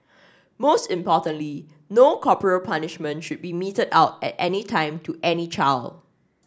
most importantly no corporal punishment should be meted out at any time to any child